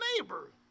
neighbor